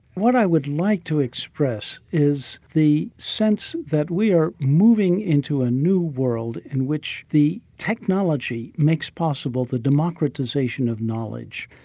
what i would like to express is the sense that we are moving into a new world in which the technology makes possible the democratisation of knowledge.